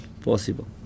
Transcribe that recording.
possible